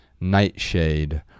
nightshade